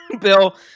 bill